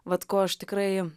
vat ko aš tikrai